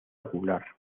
ocular